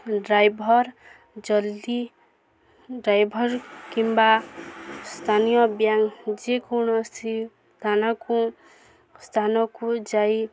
driver ଜଲ୍ଦି driver କିମ୍ବା ସ୍ଥାନୀୟ ବ୍ୟାଙ୍କ ଯେକୌଣସି ସ୍ଥାନକୁ ସ୍ଥାନକୁ ଯାଇ